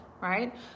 right